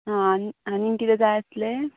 आं आनी आनीक किदें जाय आसलें